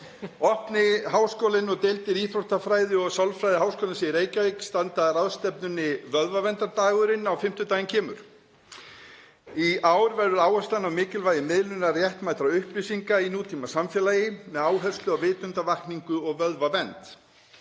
Opni háskólinn og deildir íþróttafræði og sálfræði í Háskólanum í Reykjavík standa að ráðstefnunni Vöðvaverndardagurinn á fimmtudaginn kemur. Í ár verður áherslan á mikilvægi miðlunar réttmætra upplýsinga í nútímasamfélagi með áherslu á vitundarvakningu og vöðvavernd.